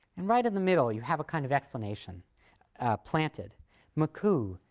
and right in the middle you have a kind of explanation planted mccoo,